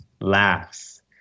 laughs